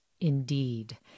indeed